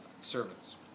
servants